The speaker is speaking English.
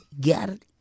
get